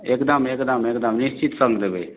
एकदम एकदम एकदम निश्चित सङ्ग देबै